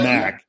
Mac